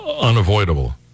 unavoidable